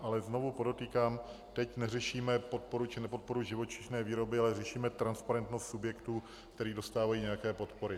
Ale znovu podotýkám, teď neřešíme podporu či nepodporu živočišné výroby, ale řešíme transparentnost subjektů, které dostávají nějaké podpory.